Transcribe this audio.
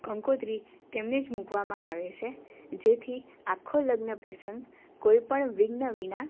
કંકોત્રી તેમને જ મૂકવામાં આવે છે જેથી આખો લગ્ન પ્રસંગ કોઈપણ વિઘ્ન વિના